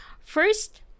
first